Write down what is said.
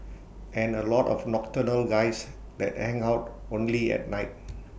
and A lot of nocturnal guys that hang out only at night